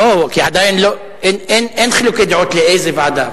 לא, כי אין חילוקי דעות לאיזו ועדה.